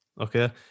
Okay